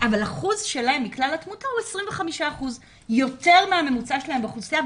אבל האחוז שלהם מכלל התמותה הוא 25%. יותר מהממוצע שלהם באוכלוסייה,